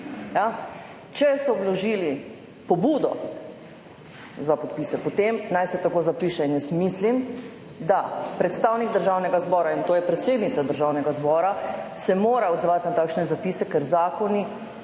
Če so vložili pobudo za podpise, potem naj se tako zapiše. In jaz mislim, da se mora predstavnik Državnega zbora, in to je predsednica Državnega zbora, odzvati na takšne zapise, ker zakoni,